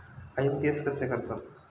IMPS कसे करतात?